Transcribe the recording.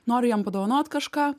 noriu jam padovanot kažką